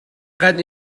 kan